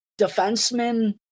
defensemen